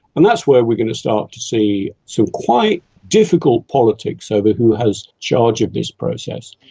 and that's where we are going to start to see some quite difficult politics over who has charge of this process.